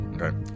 Okay